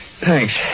Thanks